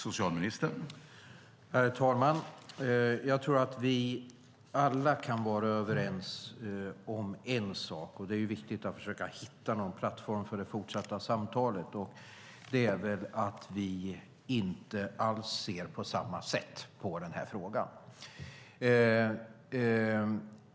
Herr talman! Jag tror att vi alla kan vara överens om en sak - det är viktigt att försöka hitta en plattform för det fortsatta samtalet - och det är att vi inte alls ser på samma sätt på denna fråga.